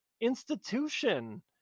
institution